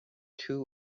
too